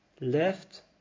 left